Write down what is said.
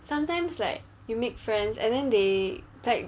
sometimes like you make friends and then they like